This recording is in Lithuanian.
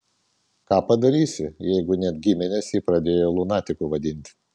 ką padarysi jeigu net giminės jį pradėjo lunatiku vadinti